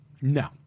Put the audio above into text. No